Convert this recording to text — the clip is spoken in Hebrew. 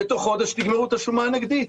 ותוך חודש תגמרו את השומה הנגדית.